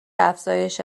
افزایش